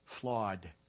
flawed